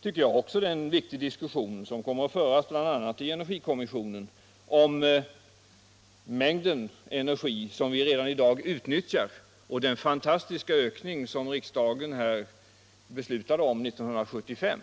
tycker jag också att det är en viktig diskussion som kommer att föras bl.a. i energikommissionen om den mängd energi som vi f. n. utnyttjar och den fantastiska ökning som riksdagen beslutade om 1975.